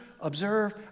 observe